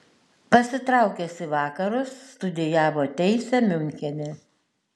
pasitraukęs į vakarus studijavo teisę miunchene